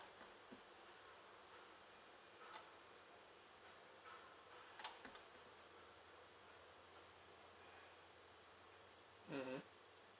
mmhmm